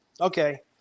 Okay